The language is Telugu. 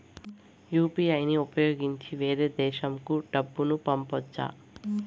యు.పి.ఐ ని ఉపయోగించి వేరే దేశంకు డబ్బును పంపొచ్చా?